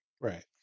Right